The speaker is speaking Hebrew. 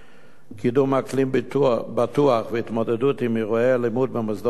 קידום אקלים בטוח והתמודדות עם אירועי אלימות במוסדות חינוך,